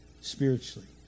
spiritually